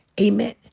Amen